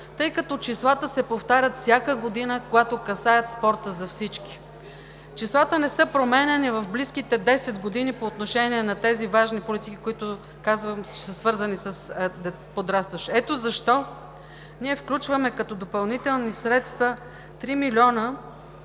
тъй като числата се повтарят всяка година, когато касаят спорта за всички. Числата не са променяни в близките 10 години по отношение на тези важни политики, които казвам, че са свързани с подрастващите. Ето защо ние включваме като допълнителни средства 3 милиона,